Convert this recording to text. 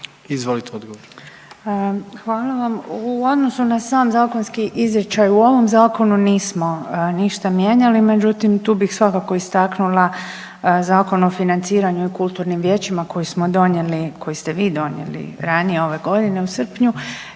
Nina (HDZ)** Hvala vam. U odnosu na sam zakonski izričaj u ovom zakonu nismo ništa mijenjali, međutim tu bih svakako istaknula Zakon o financiranju i kulturnim vijećima koji smo donijeli, koji ste vi donijeli ranije ove godine u srpnju